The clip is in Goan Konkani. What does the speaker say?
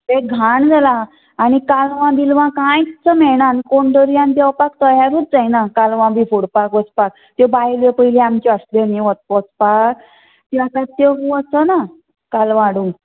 घाण जालां आनी कालवां बिलवां कांयच मेळना आनी कोण दर्यान देवपाक तयारूच जायना कालवां बी फोडपाक वचपाक त्यो बायल्यो पयली आमच्यो आसल्यो न्हय वसपाक त्यो आतां त्यो वचना कालवां हाडूंक